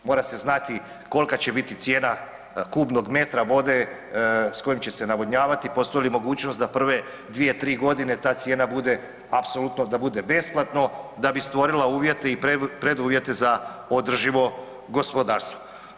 Mora se znati kolika će biti cijena kubnog metra vode s kojom će se navodnjavati, postoji li mogućnost da prve 2, 3 godine ta cijena bude apsolutno da bude besplatno da bi stvorila uvjete i preduvjete za održivo gospodarstvo.